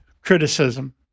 criticism